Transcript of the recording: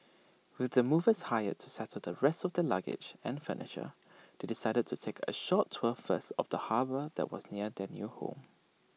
with the movers hired to settle the rest of their luggage and furniture they decided to take A short tour first of the harbour that was near their new home